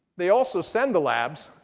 they also send the labs,